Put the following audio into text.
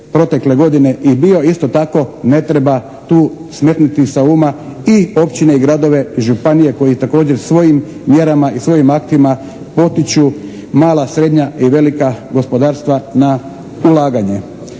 protekle godine i bio isto tako ne treba tu smetnuti sa uma i općine i gradove, županije koji također svojim mjerama i svojim aktima potiču mala, srednja i velika gospodarstva na ulaganje.